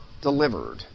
delivered